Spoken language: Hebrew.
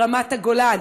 ברמת הגולן,